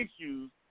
issues